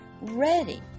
Ready